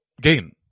gain